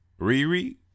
Riri